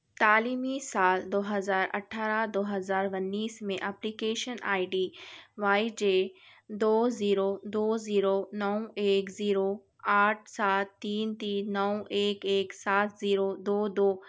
تعلیمی سال دو ہزار اٹھارہ دو ونیس میں ایپلیکیشن آئی ڈی وائی جے دو زیرو دو زیرو نو ایک زیرو آٹھ سات تین تین نو ایک ایک سات زیرہ دو دو